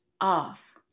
off